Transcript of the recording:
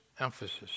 emphasis